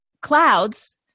clouds